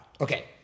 okay